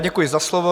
Děkuji za slovo.